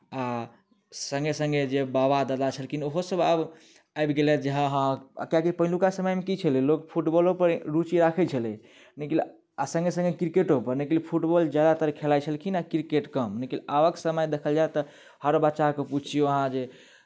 आ सङ्गे सङ्गे जे बाबा दादा छलखिन ओहोसभ आब आबि गेलथि जे हँ हँ किआकि पहिलुका समयमे की छलै लोक फुटबॉलोपर रुचि राखैत छलै लेकिन आ सङ्गे सङ्गे क्रिकेटोपर लेकिन फुटबॉल ज्यादातर खेलाइत छलखिन हेँ क्रिकेट कम लेकिन आबक समय देखल जाय तऽ हर बच्चाके पुछियौ अहाँ जे